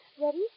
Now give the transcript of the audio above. Ready